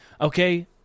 okay